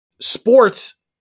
sports